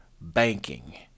banking